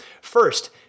First